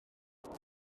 roedd